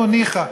נו ניחא,